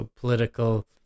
political